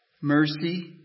mercy